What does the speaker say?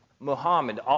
Muhammad